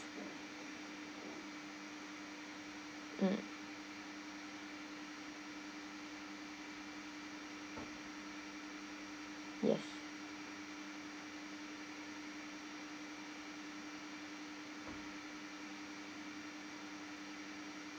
mm yes